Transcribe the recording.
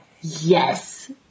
yes